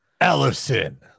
Ellison